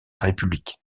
république